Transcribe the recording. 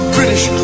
British